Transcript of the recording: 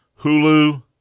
Hulu